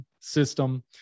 system